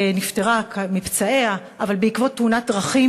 נפטרה מפצעיה בעקבות תאונת דרכים,